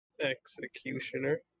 Executioner